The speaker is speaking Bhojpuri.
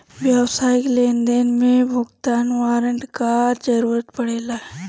व्यावसायिक लेनदेन में भुगतान वारंट कअ जरुरत पड़ेला